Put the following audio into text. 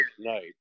night